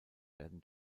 werden